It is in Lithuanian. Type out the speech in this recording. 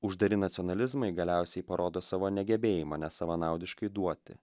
uždari nacionalizmai galiausiai parodo savo negebėjimą nesavanaudiškai duoti